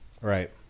Right